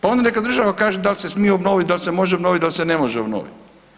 Pa onda neka država kaže da li se smije obnoviti, da li se može obnoviti, da li se ne može obnoviti.